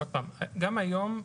גם היום,